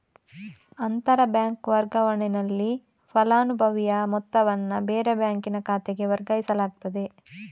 ಅಂತರ ಬ್ಯಾಂಕ್ ವರ್ಗಾವಣೆನಲ್ಲಿ ಫಲಾನುಭವಿಯ ಮೊತ್ತವನ್ನ ಬೇರೆ ಬ್ಯಾಂಕಿನ ಖಾತೆಗೆ ವರ್ಗಾಯಿಸಲಾಗ್ತದೆ